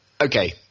okay